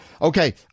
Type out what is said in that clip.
Okay